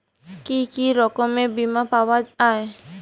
কি কি রকমের বিমা পাওয়া য়ায়?